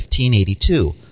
1582